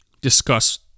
discuss